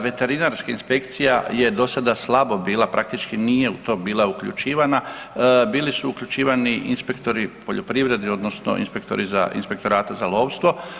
Veterinarska inspekcija je do sada slabo bila, praktični nije u to bila uključivana, bili su uključivani inspektori poljoprivrede odnosno inspektori za, Inspektorata za lovstvo.